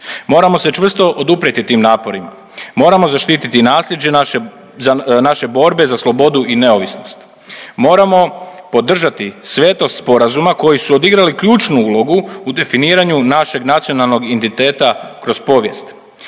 Moramo se čvrsto oduprijeti tim naporima, moramo zaštiti i naslijeđe naše, naše borbe za slobodu i neovisnost, moramo podržati svetost sporazuma koji su odigrali ključnu ulogu u definiranju našeg nacionalnog identiteta kroz povijest.